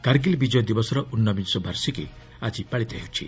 କାର୍ଗିଲ୍ ବିଜୟ ଦିବସର ଊନବିଂଶ ବାର୍ଷିକୀ ଆଜି ପାଳିତ ହେଉଛି